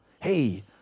Hey